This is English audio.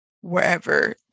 wherever